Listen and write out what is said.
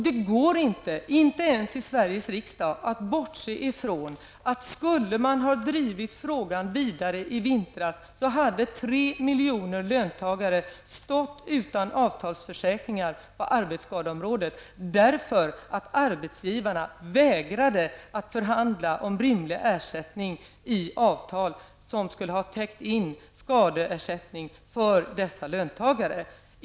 Det går inte ens i Sveriges riksdag att bortse från att om man skulle ha drivit frågan vidare i vintras, hade tre miljoner löntagare stått utan avtalsförsäkringar på arbetsskadeområdet, därför att arbetsgivarna vägrade att förhandla om en rimlig ersättning i avtal som skulle ha täckt in skadeersättning för dessa löntagare.